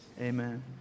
amen